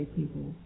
people